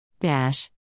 Dash